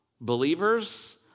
Believers